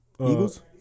Eagles